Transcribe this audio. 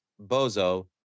Bozo